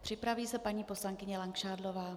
Připraví se paní poslankyně Langšádlová.